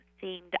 seemed